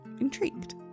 intrigued